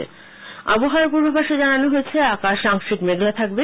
আবহাওয়া আবহাওয়ার পূর্বাভাসে জানানো হয়েছে আকাশ আংশিক মেঘলা থাকবে